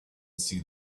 see